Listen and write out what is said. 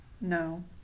No